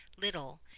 little